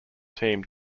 team